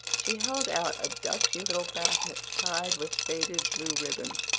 she held out a dusty little packet tied with faded blue ribbon.